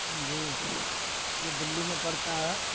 جی یہ دلی میں پڑتا ہے